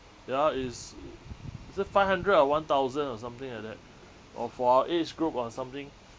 ya is is it five hundred or one thousand or something like that or for our age group or something